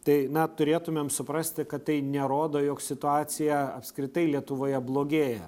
tai na turėtumėm suprasti kad tai nerodo jog situacija apskritai lietuvoje blogėja